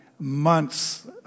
months